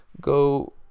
Go